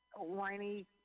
whiny